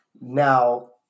Now